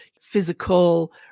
physical